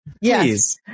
yes